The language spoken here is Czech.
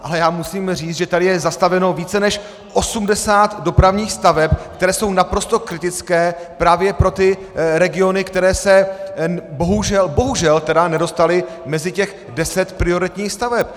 Ale já musím říct, že tady je zastaveno více než 80 dopravních staveb, které jsou naprosto kritické právě pro ty regiony, které se bohužel, bohužel, nedostaly mezi těch 10 prioritních staveb.